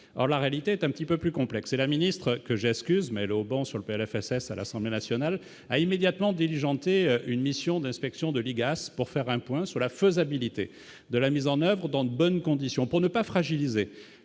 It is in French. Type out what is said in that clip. or, la réalité est un petit peu plus complexes, et la ministre que j'esquisse mélo bon sur le PLFSS à l'Assemblée nationale a immédiatement légendes, c'est une mission d'inspection de l'IGAS pour faire un point sur la faisabilité de la mise en oeuvre dans de bonnes conditions pour ne pas fragiliser